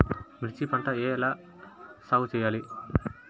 మిర్చి పంట ఎలా సాగు చేయాలి?